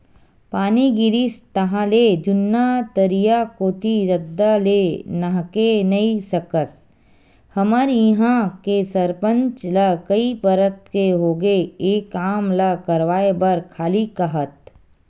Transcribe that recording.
पानी गिरिस ताहले जुन्ना तरिया कोती रद्दा ले नाहके नइ सकस हमर इहां के सरपंच ल कई परत के होगे ए काम ल करवाय बर खाली काहत